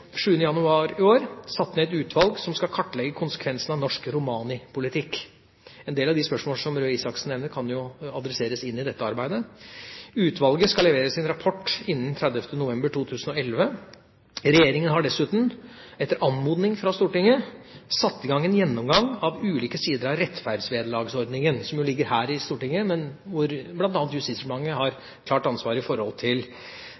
januar i år satte ned et utvalg som skal kartlegge konsekvensene av norsk rompolitikk. En del av de spørsmålene som Røe Isaksen nevner, kan adresseres inn i dette arbeidet. Utvalget skal levere sin rapport innen 30. november 2013. Regjeringa har dessuten, etter anmodning fra Stortinget, satt i gang en gjennomgang av ulike sider av rettferdsvederlagsordningen, en ordning som ligger til Stortinget, men hvor